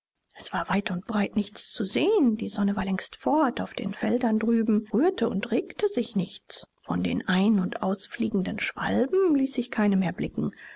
es war weit und breit nichts zu sehen die sonne war längst fort auf den feldern drüben rührte und regte sich nichts von den ein und ausfliegenden schwalben ließ sich keine mehr blicken